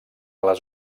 les